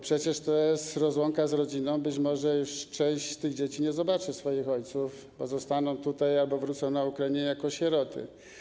Przecież to jest rozłąka z rodziną, być może część tych dzieci już nie zobaczy swoich ojców, pozostaną tutaj albo wrócą na Ukrainę jako sieroty.